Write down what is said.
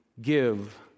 Give